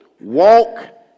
Walk